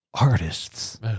artists